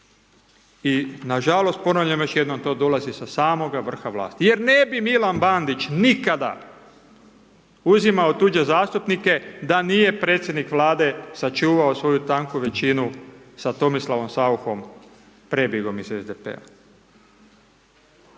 i nažalost, ponavljam još jednom, to dolazi sa samoga vrha vlasti, jer ne bi Milan Bandić nikada uzimao tuđe zastupnike da nije predsjednik Vlade sačuvao svoju tanku većinu sa Tomislavom Saucha-om, prebjegom iz SDP-a.